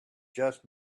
just